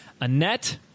Annette